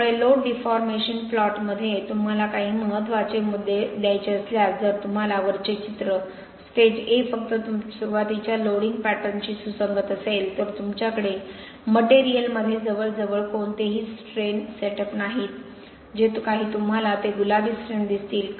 त्यामुळे load deformation प्लॉटमध्ये तुम्हाला काही महत्त्वाचे मुद्दे द्यायचे असल्यास जर तुम्हाला वरचे चित्र स्टेज A हे फक्त सुरुवातीच्या लोडिंग पॅटर्नशी सुसंगत असेल तर तुमच्याकडे मटेरियलमध्ये जवळजवळ कोणतेही स्ट्रेन सेटअप नाहीत जे काही तुम्हाला ते गुलाबी स्ट्रेन दिसतील